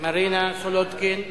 מרינה סולודקין.